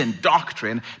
doctrine